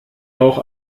auch